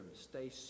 stay